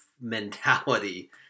mentality